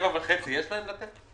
7.5 יש להם לתת?